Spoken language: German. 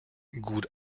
gut